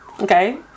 okay